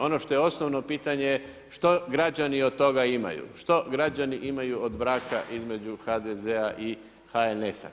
Ono što je osnovno pitanje, što građani od toga imaju, što građani imaju od braka između HDZ-a i HNS-a?